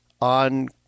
on